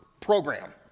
program